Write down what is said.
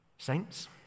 saints